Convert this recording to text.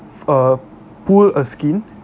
uh pull a skin